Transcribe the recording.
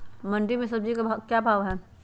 मंडी में सब्जी का क्या भाव हैँ?